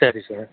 சரி சார்